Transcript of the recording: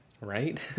right